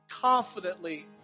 confidently